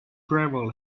gravel